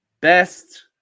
best